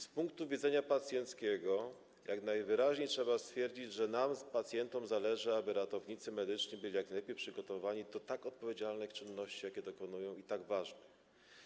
Z punktu widzenia pacjenta wyraźnie trzeba stwierdzić, że nam, pacjentom, zależy, aby ratownicy medyczni byli jak najlepiej przygotowani do tak odpowiedzialnych czynności, jakich dokonują, tak ważnych.